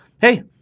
Hey